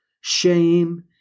shame